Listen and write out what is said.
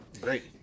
Great